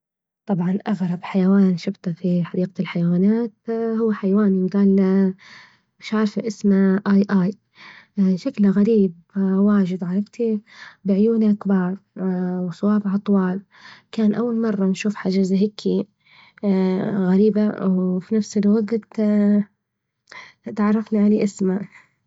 طبعا أغرب حيوان شفته في حديقة الحيوانات هو حيوان جال مش عارفة أسمه آي آي شكله غريب واجد عرفتِ بعيونه كبار وصوابعه طوال، كان أول مرة نشوف حاجة زي هكي غريبة وفي نفس الوجت اتعرفنا على اسمه.